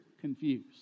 confused